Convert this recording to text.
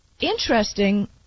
interesting